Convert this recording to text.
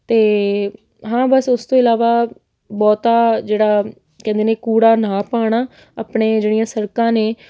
ਅਤੇ ਹਾਂ ਬਸ ਉਸ ਤੋਂ ਇਲਾਵਾ ਬਹੁਤਾ ਜਿਹੜਾ ਕਹਿੰਦੇ ਨੇ ਕੂੜਾ ਨਾ ਪਾਉਣਾ ਆਪਣੇ ਜਿਹੜੀਆਂ ਸੜਕਾਂ ਨੇ